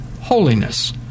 holiness